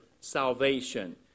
salvation